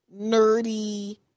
nerdy